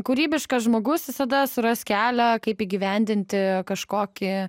kūrybiškas žmogus visada suras kelią kaip įgyvendinti kažkokį